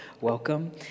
welcome